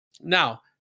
Now